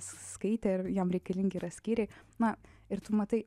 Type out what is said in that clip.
skaitė ir jam reikalingi yra skyriai na ir tu matai